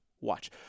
watch